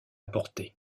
porter